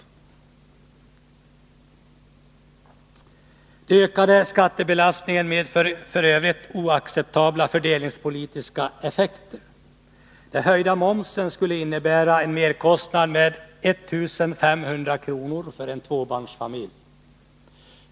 Den ökade skattebelastningen skulle f. ö. få oacceptabla fördelningspolitiska effekter. Den höjda momsen skulle innebära en merkostnad på 1 500 kr. för en tvåbarnsfamilj.